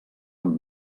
amb